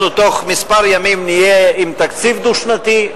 אנחנו תוך מספר ימים נהיה עם תקציב דו-שנתי,